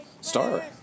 star